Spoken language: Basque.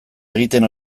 egiten